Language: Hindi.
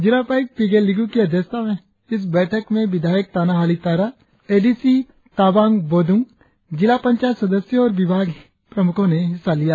जिला उपायुक्त पीगे लिगू के अध्यक्षता में इस बैठक में विधायक Tana Hali Tara A D C Tabang Bodung जिला पंचायत सदस्यों और विभागीय प्रमुखों ने हिस्सा लिया